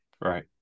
right